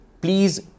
please